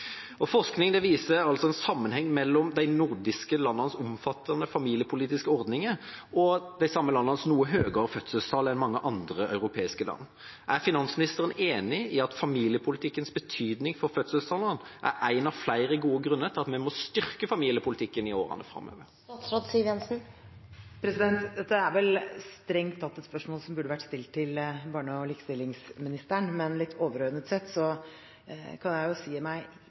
sammenheng mellom de nordiske landenes omfattende familiepolitiske ordninger og de samme landenes noe høyere fødselstall enn i mange andre europeiske land. Er finansministeren enig i at familiepolitikkens betydning for fødselstallene er en av flere gode grunner til at vi må styrke familiepolitikken i årene framover? Dette er vel strengt tatt et spørsmål som burde vært stilt til barne- og likestillingsministeren, men litt overordnet sett kan jeg si meg